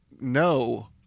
no